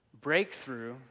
Breakthrough